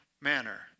manner